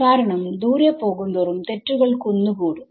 കാരണം ദൂരെ പോകുന്തോറും തെറ്റുകൾ കുന്നുകൂടും